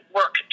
work